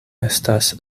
estas